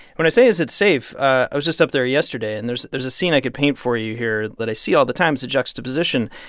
when i say is it safe i was just up there yesterday, and there's there's a scene i could paint for you here that i see all the time as a juxtaposition.